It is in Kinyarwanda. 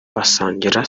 basangira